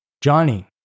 Johnny